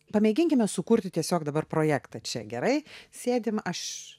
pamėginkime sukurti tiesiog dabar projektą čia gerai sėdim aš